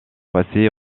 passé